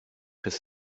his